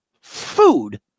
food